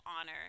honor